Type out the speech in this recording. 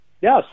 Yes